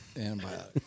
Antibiotics